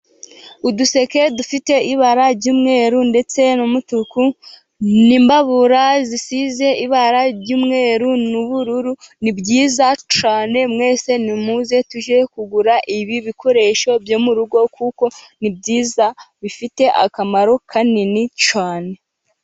Uduseke dufite ibara ry'umweru ndetse n'umutuku, n'imbabura zisize ibara ry'umweru n'ubururu. ni byiza cyane. Mwese nimuze tujye kugura ibi bikoresho byo mu rugo kuko ni byiza bifite akamaro kanini cyane.